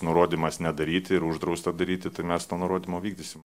nurodymas nedaryti ir uždrausta daryti tai mes tą nurodymą vykdysim